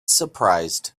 surprised